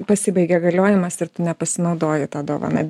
pasibaigia galiojimas ir tu nepasinaudojai ta dovana